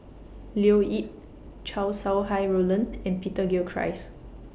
Leo Yip Chow Sau Hai Roland and Peter Gilchrist